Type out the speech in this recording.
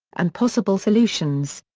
and possible solutions.